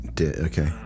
Okay